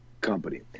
company